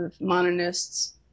modernists